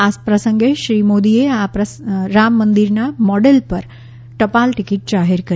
આ પ્રસંગે શ્રી મોદીએ આ પ્રસંગે રામ મંદિરના મોડેલ પર ટપાલ ટિકિટ જાહેર કરી